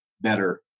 better